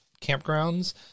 campgrounds